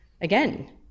Again